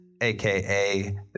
AKA